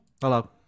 Hello